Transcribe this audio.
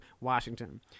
Washington